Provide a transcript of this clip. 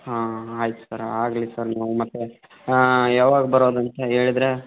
ಹಾಂ ಆಯ್ತು ಸರ್ ಆಗಲಿ ಸರ್ ನಾವು ಮತ್ತೆ ಯಾವಾಗ ಬರೋದಂತ ಹೇಳಿದ್ರೆ